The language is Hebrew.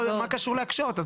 מה קשור להקשות?